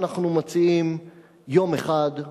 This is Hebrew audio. אנחנו מציעים יום אחד,